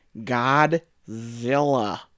Godzilla